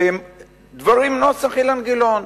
דברים נוסח אילן גילאון.